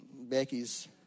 Becky's